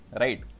right